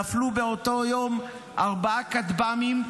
נפלו באותו יום ארבעה כטב"מים,